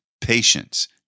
patience